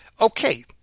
Okay